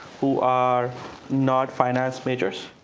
who are not finance majors,